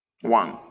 one